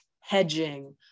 hedging